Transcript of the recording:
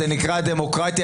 זה נקרא דמוקרטיה,